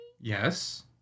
Yes